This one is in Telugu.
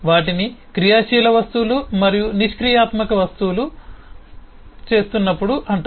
వాటిని క్రియాశీల వస్తువులు మరియు నిష్క్రియాత్మక వస్తువులు చేస్తున్నప్పుడు అంటారు